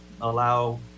allow